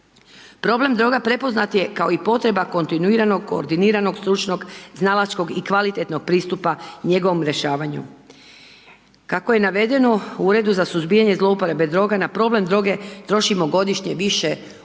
Problem droga prepoznat je kao i potreba kontinuiranog, koordiniranog stručnog, znalačkog i kvalitetnog pristupa njegovom rješavanju. Kako je navedeno u Uredu za suzbijanje zlouporabe droga na problem droge trošimo godišnje više od